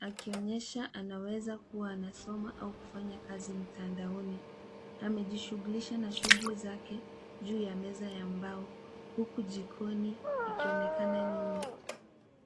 akionyesha anaweza kuwa anasoma au kufanya kazi mtandaoni. Amejishughulisha na shughuli zake juu ya meza ya mbao huku jikoni ikionekana nyuma.